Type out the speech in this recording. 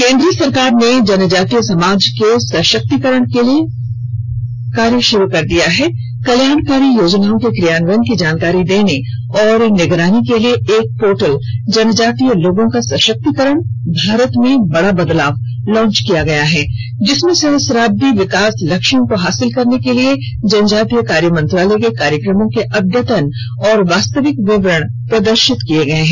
केंद्र सरकार ने जनजातीय समाज के सशक्तीकरण के लिए आरंभ की गयी कल्याणकारी योजनाओं के क्रियान्वयन की जानकारी देने और निगरानी के लिए एक पोर्टल जनजातीय लोगों का सशक्तीकरण भारत में बड़ा बदलाव लॉन्च किया है जिसमें सहस्राब्दी विकास लक्ष्यों को हासिल करने के लिए जनजातीय कार्य मंत्रालय के कार्यक्रमों के अद्यतन और वास्तविक विवरण प्रदर्शित किये गये हैं